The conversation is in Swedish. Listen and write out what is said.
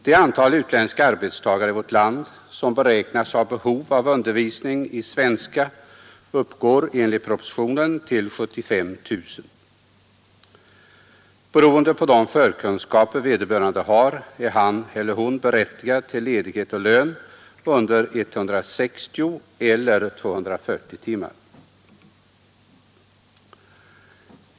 Det antal utländska arbetstagare i vårt land som beräknas ha behov av undervisning i svenska uppgår enligt propositionen till 75 000. Beroende på de förkunskaper vederbörande har är han eller hon berättigad till ledighet och lön under 160 eller 240 timmar.